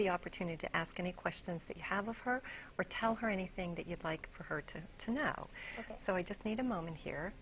the opportunity to ask any questions that you have of her or tell her anything that you'd like for her to to now so i just need a moment here